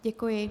Děkuji.